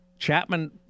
Chapman